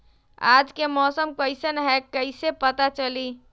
आज के मौसम कईसन हैं कईसे पता चली?